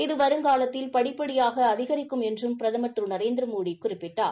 இது வருங்காலத்தில் படிப்படியாக அதிகரிக்கும் என்றும் பிரதமர் திரு நரேந்திரமோடி குறிப்பிட்டார்